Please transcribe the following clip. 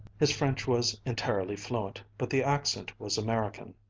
his french was entirely fluent, but the accent was american.